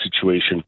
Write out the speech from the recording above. situation